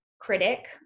critic